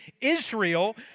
Israel